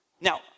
Now